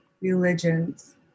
religions